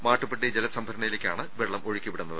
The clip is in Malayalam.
മാട്ടു പ്പെട്ടി ജലസംഭരണിയിലേക്കാണ് വെള്ളം ഒഴുക്കിപിടുന്നത്